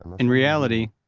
in reality,